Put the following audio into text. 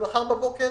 ומחר בבוקר